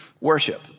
worship